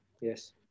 Yes